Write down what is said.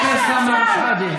את מייצגת את הפמיניזם?